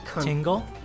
Tingle